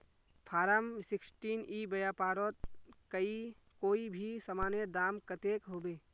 Form sixteen ई व्यापारोत कोई भी सामानेर दाम कतेक होबे?